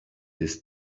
his